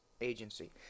agency